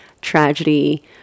tragedy